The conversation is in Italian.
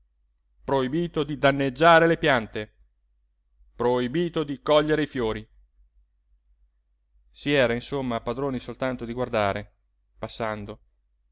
proibito di danneggiare le piante proibito di cogliere i fiori si era insomma padroni soltanto di guardare passando